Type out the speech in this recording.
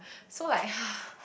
so like